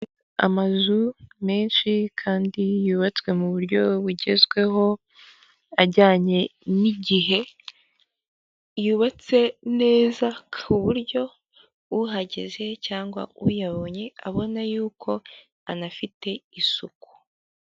Amazu menshi kandi yubatswe mu buryo bugezwebo, ajyanye n'igihe, yubatse neza, ku buryo uhageze cyangwa uyabonye abona yuko anafite isuku.